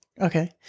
okay